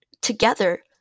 together